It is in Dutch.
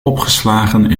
opgeslagen